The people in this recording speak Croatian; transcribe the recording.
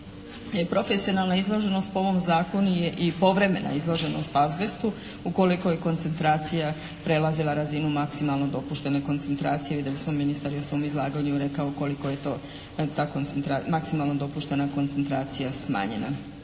profesionalna izloženost po ovom zakonu je i povremena izloženost azbestu ukoliko je koncentracija prelazila razinu maksimalno dopuštene koncentracije. Vidjeli smo ministar je u svom izlaganju rekao koliko je to, ta maksimalno dopuštena koncentracija smanjena